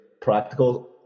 practical